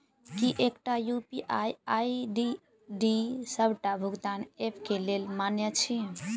की एकटा UPI ID D सबटा भुगतान ऐप केँ लेल मान्य अछि?